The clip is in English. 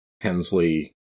Hensley